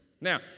now